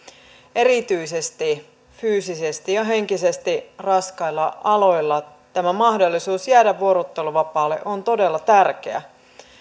erityisesti fyysisesti ja henkisesti raskailla aloilla tämä mahdollisuus jäädä vuorotteluvapaalle on todella tärkeä